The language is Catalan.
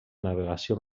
navegació